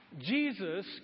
Jesus